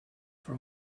for